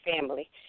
family